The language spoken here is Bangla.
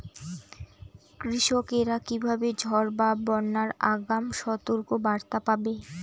কৃষকেরা কীভাবে ঝড় বা বন্যার আগাম সতর্ক বার্তা পাবে?